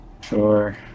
Sure